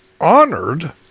honored